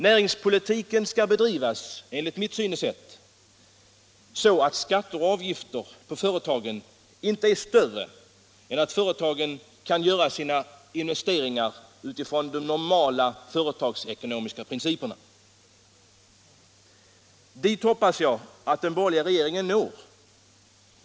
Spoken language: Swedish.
Näringspolitiken skall enligt mitt synsätt bedrivas på ett sådant sätt att skatter och avgifter på företagen inte är större än att företagen kan göra sina investeringar efter normala företagsekonomiska principer. Jag hoppas att den borgerliga regeringen kommer att nå dithän.